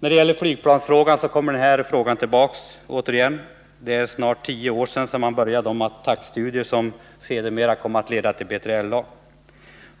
Än en gång tas alltså flygplansfrågan upp till behandling i riksdagen. Det är snart tio år sedan man påbörjade de studier på attackflygplansområdet som sedermera kom att leda fram till BILA.